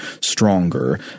stronger